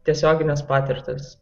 tiesioginės patirtys